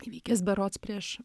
įvykęs berods prieš